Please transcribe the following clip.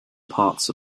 parts